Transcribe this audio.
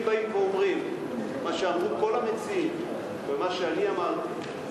אם באים ואומרים מה שאמרו כל המציעים ומה שאני אמרתי,